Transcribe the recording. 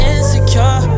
Insecure